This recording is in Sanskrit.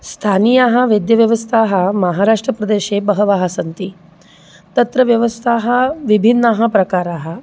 स्थानीयाः वैद्यव्यवस्थाः महाराष्ट्रप्रदेशे बहवः सन्ति तत्र व्यवस्थाः विभिन्नाः प्रकाराः